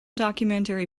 documentary